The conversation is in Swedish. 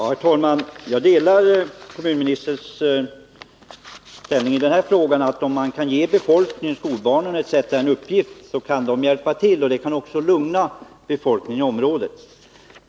Herr talman! Jag delar kommunministerns inställning i denna fråga, nämligen att om man kan ge befolkningen, skolbarnen m.fl. en uppgift, så kan de hjälpa till, och det kan också lugna befolkningen i området.